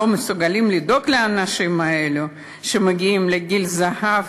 לא מסוגלים לדאוג לאנשים האלה שמגיעים לגיל הזהב,